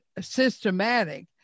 systematic